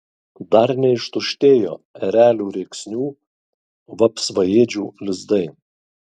dar neištuštėjo erelių rėksnių vapsvaėdžių lizdai